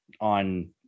on